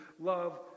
love